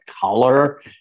color